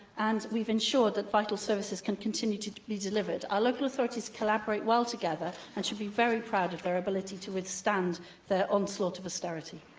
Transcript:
and we've ensured that vital services can continue to be delivered. our local authorities collaborate well together and should be very proud of their ability to withstand the onslaught of austerity.